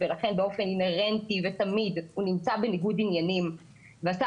ולכן באופן אינהרנטי ותמיד הוא נמצא בניגוד עניינים והשר